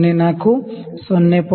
06 ಮತ್ತು 0